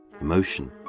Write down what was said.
emotion